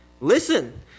Listen